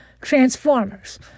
Transformers